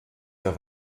der